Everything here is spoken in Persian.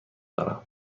دارم